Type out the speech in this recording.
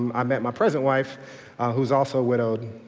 um i met my present wife who is also widowed.